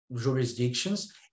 jurisdictions